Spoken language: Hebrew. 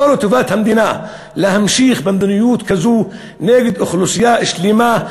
לא לטובת המדינה להמשיך במדיניות כזאת נגד אוכלוסייה שלמה.